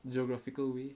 geographical way